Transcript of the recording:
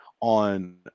on –